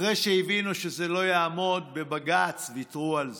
ואחרי שהבינו שזה לא יעמוד בבג"ץ ויתרו על זה.